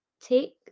take